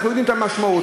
אנחנו יודעים מה המשמעות.